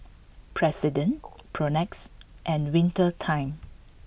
President Propnex and Winter Time